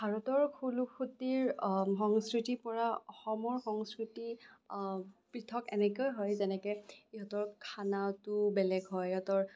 ভাৰতৰ সংস্কৃতিৰ পৰা অসমৰ সংস্কৃতি পৃথক এনেকৈ হয় যেনেকে ইহঁতৰ খানাটো বেলেগ হয় ইহঁতৰ